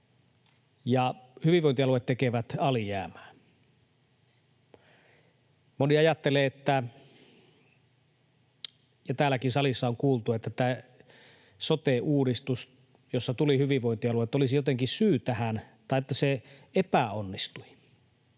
ja hyvinvointialueet tekevät alijäämää. Moni ajattelee — ja täälläkin salissa on kuultu — että tämä sote-uudistus, jossa hyvinvointialueet tulivat, olisi jotenkin syy tähän tai että se epäonnistui.